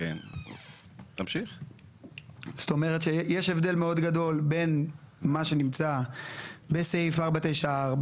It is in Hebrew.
יש הבדל גדול בין מה שיש בסעיף 494,